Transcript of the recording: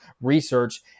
research